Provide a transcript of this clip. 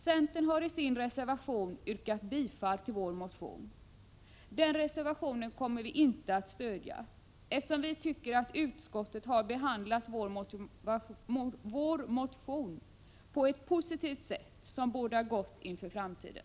Centern har i sin reservation yrkat bifall till vår motion. Den reservationen kommer vi inte att stödja, eftersom vi tycker att utskottet har behandlat vår motion på ett positivt sätt som bådar gott för framtiden.